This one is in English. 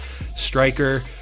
Striker